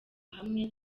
hamwe